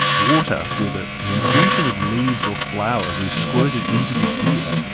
water with ah an infusion of leaves or flowers, is squirted into the ear.